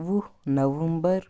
وُہ نَومبر